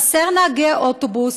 חסרים נהגי אוטובוס.